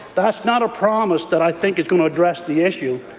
that's not a promise that i think is going to address the issue,